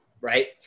right